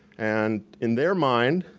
and in their mind,